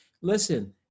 listen